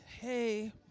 Hey